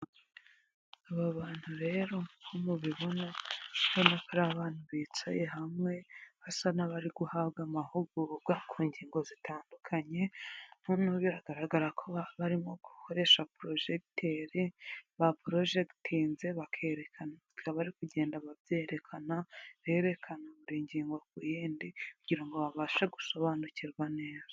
Aba bantu rero uko mubibona kubona ko abantu bitsa hamwe basa n'abari guhabwa amahugurwa ku ngingo zitandukanye noneho biragaragara ko barimo gukoresha porojegiteri ba porojegitinze bakerekana bikaba bari kugenda babyerekana berekana kungingo ku yindi kugira ngo babashe gusobanukirwa neza.